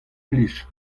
plij